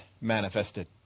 manifested